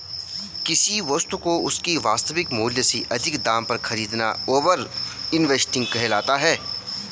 किसी वस्तु को उसके वास्तविक मूल्य से अधिक दाम पर खरीदना ओवर इन्वेस्टिंग कहलाता है